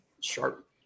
Sharp